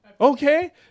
Okay